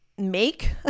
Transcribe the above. make